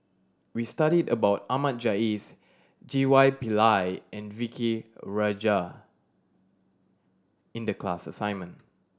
we studied about Ahmad Jais G Y Pillay and V Key Rajah in the class assignment